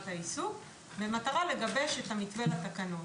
העיסוק במטרה לגבש את המתווה לתקנות.